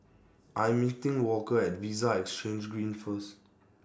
I'm meeting Walker At Vista Exhange Green First